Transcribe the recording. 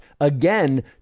again